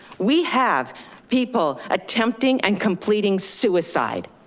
we have people attempting and completing suicide,